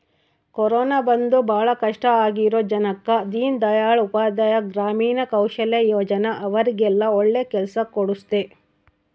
corona ಬಂದು ಭಾಳ ಕಷ್ಟ ಆಗಿರೋ ಜನಕ್ಕ ದೀನ್ ದಯಾಳ್ ಉಪಾಧ್ಯಾಯ ಗ್ರಾಮೀಣ ಕೌಶಲ್ಯ ಯೋಜನಾ ಅವ್ರಿಗೆಲ್ಲ ಒಳ್ಳೆ ಕೆಲ್ಸ ಕೊಡ್ಸುತ್ತೆ